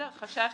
חשש